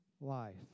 life